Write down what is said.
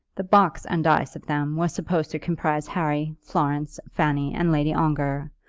the box and dice of them was supposed to comprise harry, florence, fanny, and lady ongar,